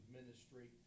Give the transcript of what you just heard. ministry